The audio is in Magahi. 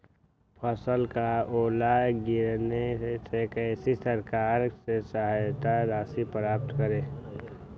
फसल का ओला गिरने से कैसे सरकार से सहायता राशि प्राप्त करें?